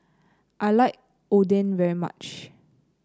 I like Oden very much